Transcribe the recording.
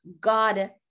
god